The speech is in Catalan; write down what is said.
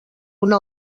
una